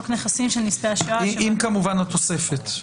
כמובן עם התוספת.